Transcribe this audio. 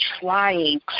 trying